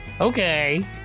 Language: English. okay